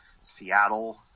Seattle